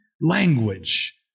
Language